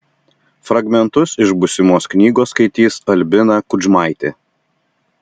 fragmentus iš būsimos knygos skaitys albina kudžmaitė